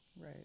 Right